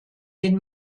den